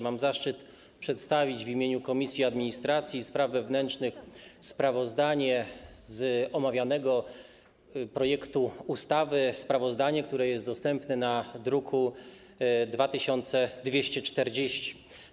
Mam zaszczyt przedstawić w imieniu Komisji Administracji i Spraw Wewnętrznych sprawozdanie z omawianego projektu ustawy, które jest dostępne w druku nr 2240.